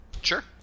Sure